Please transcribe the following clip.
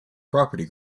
property